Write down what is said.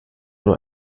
nur